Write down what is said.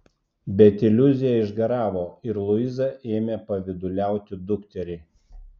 bet iliuzija išgaravo ir luiza ėmė pavyduliauti dukteriai